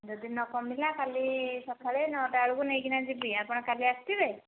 ଯଦି ନ କମିଲା କାଲି ସକାଳେ ନଅଟା ବେଳକୁ ନେଇକିନା ଯିବି ଆପଣ କାଲି ଆସିଥିବେ